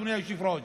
אדוני היושב-ראש,